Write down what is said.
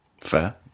Fair